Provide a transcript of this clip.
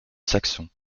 saxons